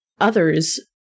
others